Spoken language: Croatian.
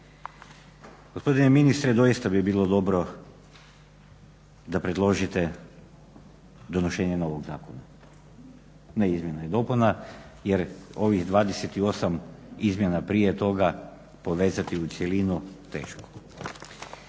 Gospodine ministre, doista bi bilo dobro da predložite donošenje novog zakona, ne izmjena i dopuna jer ovih 28 izmjena prije toga povezati u cjelinu teško.